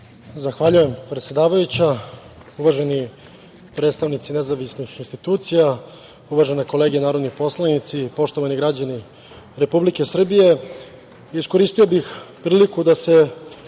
Zahvaljujem, predsedavajuća. Uvaženi predstavnici nezavisnih institucija, uvažene kolege narodni poslanici, poštovani građani Republike Srbije,